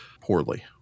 poorly